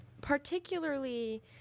particularly